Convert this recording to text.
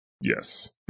yes